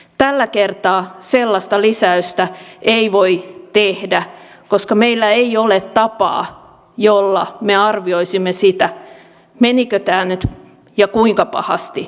tällä kertaa sellaista lisäystä ei voi tehdä koska meillä ei ole tapaa jolla me arvioisimme sitä menikö tämä nyt mönkään ja kuinka pahasti